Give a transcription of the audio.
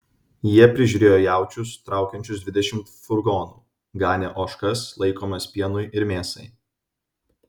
jie prižiūrėjo jaučius traukiančius dvidešimt furgonų ganė ožkas laikomas pienui ir mėsai